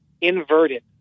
inverted